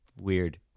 Weird